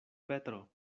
petro